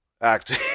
acting